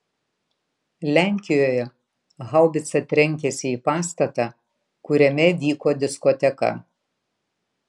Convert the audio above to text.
lenkijoje haubica trenkėsi į pastatą kuriame vyko diskoteka